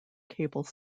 cable